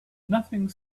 nothing